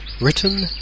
written